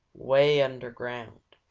way underground.